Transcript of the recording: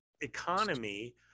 economy